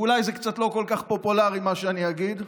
ואולי זה קצת לא כל כך פופולרי מה שאני אגיד,